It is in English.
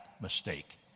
mistake